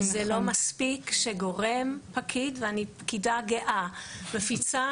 זה לא מספיק שגורם פקיד, ואני פקידה גאה, מפיצה.